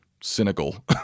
cynical